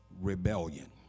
rebellion